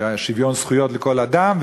שוויון זכויות לכל אדם,